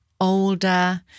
older